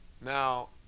Now